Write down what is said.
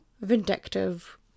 vindictive